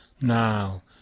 now